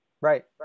right